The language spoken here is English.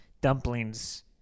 dumplings